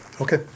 Okay